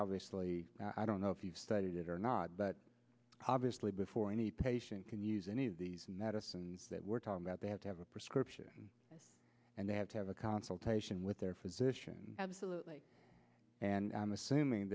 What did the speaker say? obviously i don't know if you've studied it or not but obviously before any patient can use any of these medicines that we're talking about they have to have a prescription and they have to have a consultation with their physician absolutely and i'm assuming